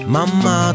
Mama